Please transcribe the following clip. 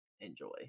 enjoy